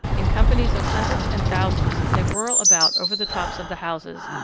in companies of hundreds and thousands, they whirl about over the tops of the houses,